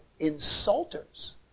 Insulters